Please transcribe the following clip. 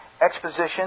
exposition